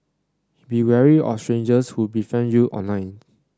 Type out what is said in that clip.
be wary of strangers who be friend you online